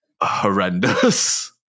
horrendous